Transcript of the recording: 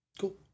Cool